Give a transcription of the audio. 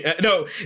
no